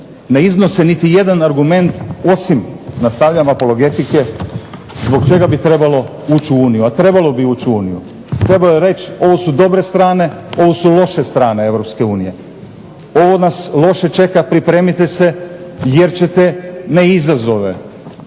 ne iznose niti jedan argument osim nastavljam apologetike zbog čega bi trebalo ući u Uniji, a trebalo bi ući u Uniju. Trebalo je reći ovo su dobre strane, ovo su loše strane Europske unije. Ovo nas loše čeka, pripremite se jer ćete ne izazove,